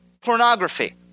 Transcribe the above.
pornography